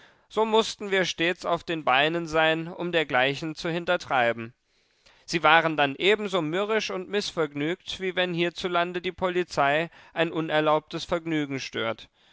so mußten wir stets auf den beinen sein um dergleichen zu hintertreiben sie waren dann ebenso mürrisch und mißvergnügt wie wenn hierzulande die polizei ein unerlaubtes vergnügen stört